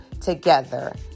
together